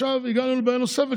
עכשיו הגענו לבעיה נוספת,